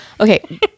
Okay